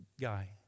guy